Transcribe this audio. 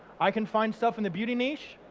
i can find stuff in the beauty niche.